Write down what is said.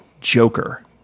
Joker